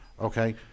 Okay